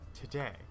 today